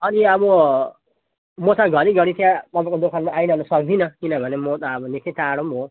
अनि अब म त घरि घरि त्यहाँ तपाईँको दोकानमा आइरहनु सक्दिन किनभने म त अब निक्कै टाढो पनि हो